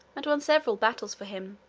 and won several battles for him,